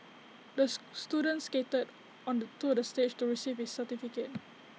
this student skated onto the stage to receive his certificate